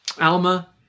Alma